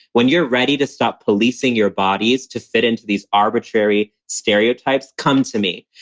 when you're ready to stop policing your bodies to fit into these arbitrary stereotypes, come to me.